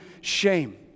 shame